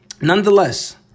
Nonetheless